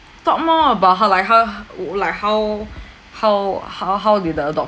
talk more about her like her like how how how how did the adoption